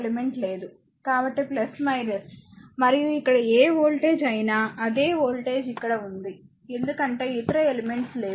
కాబట్టి మరియు ఇక్కడ ఏ వోల్టేజ్ అయినా అదే వోల్టేజ్ ఇక్కడ ఉంది ఎందుకంటే ఇతర ఎలిమెంట్స్ లేవు